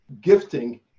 Gifting